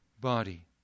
body